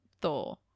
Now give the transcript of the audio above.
Thor